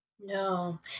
No